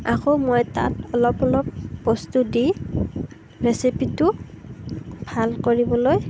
আকৌ মই তাত অলপ অলপ বস্তু দি ৰেচিপিটো ভাল কৰিবলৈ